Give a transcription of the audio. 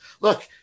Look